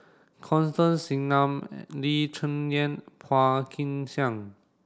Constance Singam Lee Cheng Yan Phua Kin Siang